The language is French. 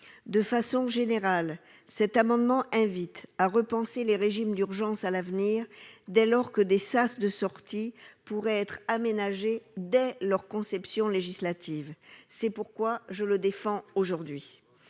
De façon générale, cet amendement invite à repenser les régimes d'urgence pour l'avenir, dès lors que des sas de sortie pourraient être aménagés dès leur conception législative. C'est la raison pour laquelle je le défends aujourd'hui.